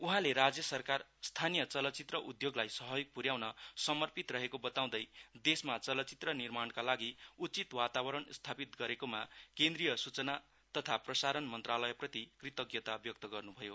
उहाँले राज्य सरकार स्थानीय चलचित्र उद्घोगलाई सहयोग पुर्याउन समर्पित रहेको बताउँदै देशमा चलचित्र निर्माणका लागि उचित वातावरण स्थापित गरेकोमा केन्द्रिय सूचना तथा प्रसारण मन्त्रालयप्रति कृतज्ञता व्यक्त गर्नुभयो